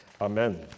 Amen